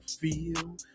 feel